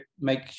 make